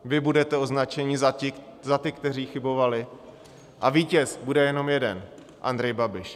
Vy budete označeni za ty, kteří chybovali, a vítěz bude jenom jeden Andrej Babiš.